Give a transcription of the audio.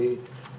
בגלל